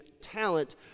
talent